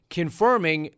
confirming